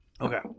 okay